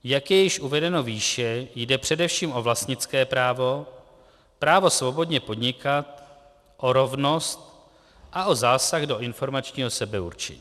Jak je již uvedeno výše, jde především o vlastnické právo, právo svobodně podnikat, o rovnost a o zásah do informačního sebeurčení.